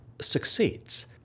Succeeds